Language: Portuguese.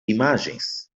imagens